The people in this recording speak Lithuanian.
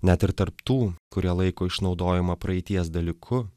net ir tarp tų kurie laiko išnaudojimą praeities dalyku